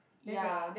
ya